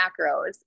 macros